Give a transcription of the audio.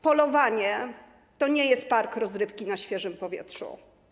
Polowanie to nie jest park rozrywki na świeżym powietrzu.